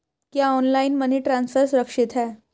क्या online money transfer सुरक्षित है?